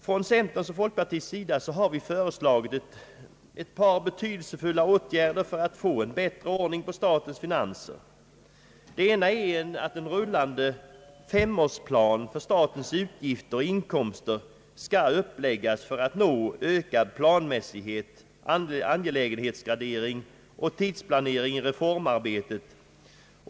Från centerns och folkpartiets sida har vi föreslagit ett par betydelsefulla åtgärder för att få en bättre ordning på statens finanser. Den ena är att en rullande femårsplan för statens inkomster och utgifter skall uppläggas för att nå ökad planmässighet, angelägenhetsgradering och tidsplanering i reformarbetet.